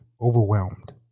overwhelmed